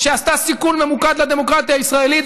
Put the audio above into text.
שעשתה סיכול ממוקד לדמוקרטיה הישראלית,